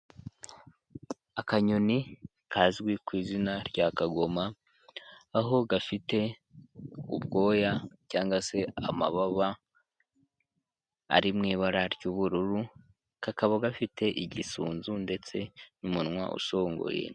Akanyoni kazwi ku izina rya kagoma, aho gafite ubwoya cyangwa se amababa ari mu ibara ry'ubururu kakaba gafite igisunzu ndetse n'umunwa usongoye.